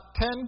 ten